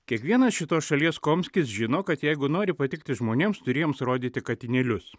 kiekvienas šitos šalies komskis žino kad jeigu nori patikti žmonėms turi jiems rodyti katinėlius